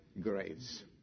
graves